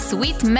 Sweet